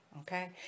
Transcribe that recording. okay